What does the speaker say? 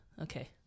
Okay